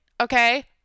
okay